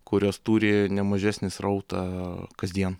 kurios turi ne mažesnį srautą kasdien